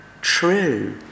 true